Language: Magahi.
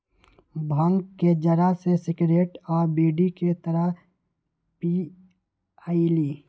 भांग के जरा के सिगरेट आ बीड़ी के तरह पिअईली